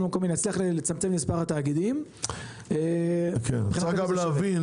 המקומי נצליח לצמצם את מספר התאגידים- -- יש גם להבין